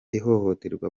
ihohoterwa